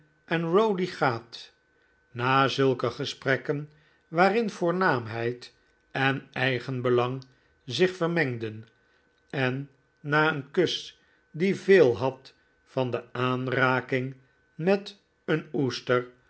rowdy gaat na zulke gesprekken waarin voornaamheid en eigenbelang zich vermengden en na een kus die veel had van de aanraking met een oester